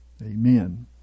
Amen